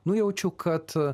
nujaučiu kad